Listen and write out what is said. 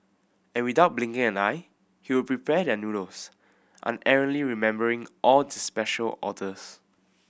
and without blinking an eye he would prepare their noodles unerringly remembering all special orders